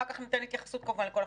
אחר כך ניתן התייחסות לכל הח"כים.